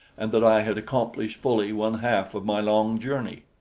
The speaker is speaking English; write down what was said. and that i had accomplished fully one-half of my long journey.